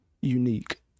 unique